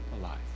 alive